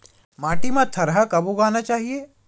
माटी मा थरहा कब उगाना चाहिए?